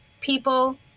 people